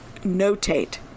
notate